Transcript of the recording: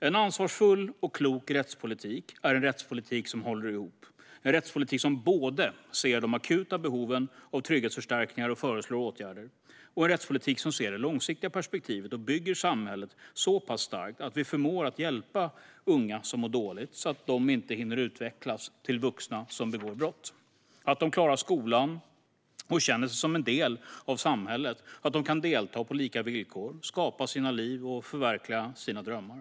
En ansvarsfull och klok rättspolitik är en rättspolitik som håller ihop - en rättspolitik som ser de akuta behoven av trygghetsförstärkningar och föreslår åtgärder för detta samtidigt som den ser det långsiktiga perspektivet och bygger samhället så pass starkt att vi förmår att hjälpa unga som mår dåligt, så att de inte hinner utvecklas till vuxna som begår brott, så att de klarar skolan och känner sig som en del av samhället och så att de kan delta på lika villkor, skapa sina liv och förverkliga sina drömmar.